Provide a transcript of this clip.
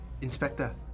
Inspector